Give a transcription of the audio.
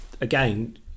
again